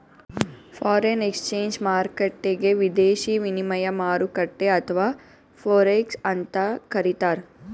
foreign exchange ಮಾರ್ಕೆಟ್ಗ್ ವಿದೇಶಿ ವಿನಿಮಯ ಮಾರುಕಟ್ಟೆ ಅಥವಾ ಫೋರೆಕ್ಸ್ ಅಂತ್ ಕರಿತಾರ್